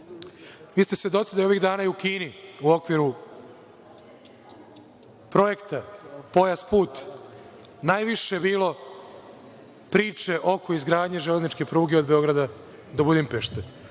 Vi ste svedoci da je ovih dana i u Kini, u okviru Projekta „Pojas-put“, najviše bilo priče oko izgradnje železničke pruge od Beograda do Budimpešte.